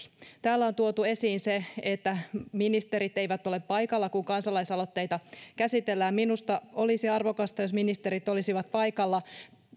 täällä on tuotu esiin se että ministerit eivät ole paikalla kun kansalaisaloitteita käsitellään minusta olisi arvokasta jos ministerit olisivat paikalla